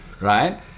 Right